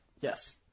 Yes